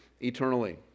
eternally